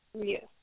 Yes